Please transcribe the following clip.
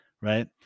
right